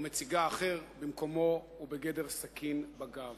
או מציגה אחר במקומו, הוא בגדר סכין בגב.